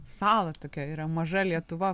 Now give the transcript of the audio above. salą tokia yra maža lietuva